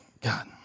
God